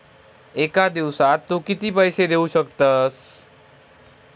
एका दिवसात तू किती पैसे देऊ शकतस?